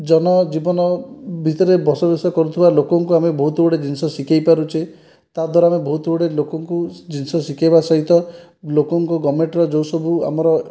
ଜନଜୀବନ ଭିତରେ ବସବାସ କରୁଥିବା ଲୋକଙ୍କୁ ଆମେ ବହୁତ ଗୁଡ଼ାଏ ଜିନିଷ ଶିଖେଇ ପାରୁଛେ ତାଦ୍ୱାରା ବହୁତ ଗୁଡ଼ାଏ ଲୋକଙ୍କୁ ଜିନିଷ ଶିଖେଇବା ସହିତ ଲୋକଙ୍କୁ ଗଭର୍ଣ୍ଣମେଣ୍ଟର ଯେଉଁ ସବୁ ଆମର